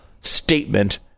statement